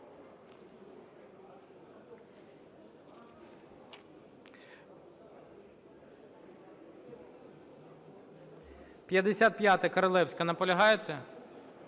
29-а, Королевська. Наполягаєте?